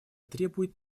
требует